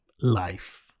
life